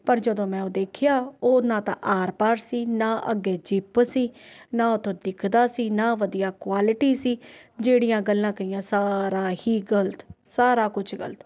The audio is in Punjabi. ਪਰ ਜਦੋਂ ਮੈਂ ਉਹ ਦੇਖਿਆ ਉਹ ਨਾ ਤਾਂ ਆਰ ਪਾਰ ਸੀ ਨਾ ਅੱਗੇ ਜਿੱਪ ਸੀ ਨਾ ਉਹ ਤੋਂ ਦਿੱਖਦਾ ਸੀ ਨਾ ਵਧੀਆ ਕੁਆਲਿਟੀ ਸੀ ਜਿਹੜੀਆਂ ਗੱਲਾਂ ਕਹੀਆਂ ਸਾਰਾ ਹੀ ਗਲਤ ਸਾਰਾ ਕੁਛ ਗਲਤ